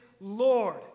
Lord